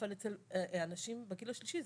אבל אצל אנשים בגיל השלישי,